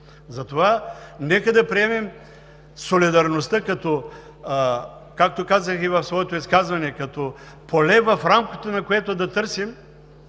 Затова нека да приемем солидарността като, както казах и в своето изказване, поле, в рамките на което да търсим